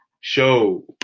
Show